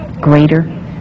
greater